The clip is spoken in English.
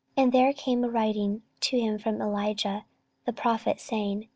and there came a writing to him from elijah the prophet, saying,